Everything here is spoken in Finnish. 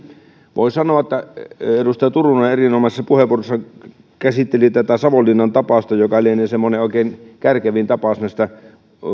voi sanoa että edustaja turunen erinomaisessa puheenvuorossaan käsitteli tätä savonlinnan tapausta joka lienee semmoinen oikein kärkevin esimerkki näistä